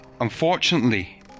Unfortunately